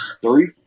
three